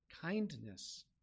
kindness